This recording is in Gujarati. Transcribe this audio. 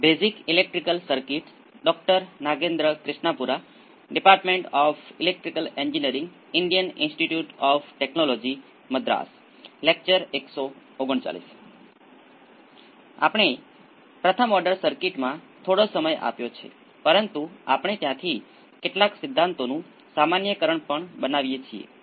તેથી હવે ચાલો બીજા ક્રમના કેસ માટે ઝડપથી આ કરવાનો પ્રયાસ કરીએ એવું હંમેશા નથી હોતું કે તમે ફક્ત લોગેરીધમનો જ ઉપયોગ કરશો જે રેખીય ભાગ માટે પણ આ ઉપયોગી હતી